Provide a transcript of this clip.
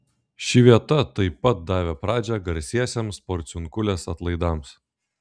ši vieta tai pat davė pradžią garsiesiems porciunkulės atlaidams